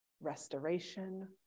restoration